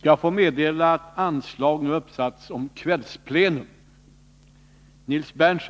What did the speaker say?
Jag får meddela att anslag om kvällsplenum nu uppsatts.